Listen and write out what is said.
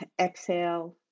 Exhale